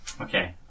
Okay